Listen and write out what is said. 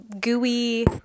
gooey